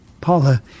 paula